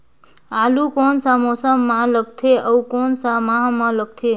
आलू कोन सा मौसम मां लगथे अउ कोन सा माह मां लगथे?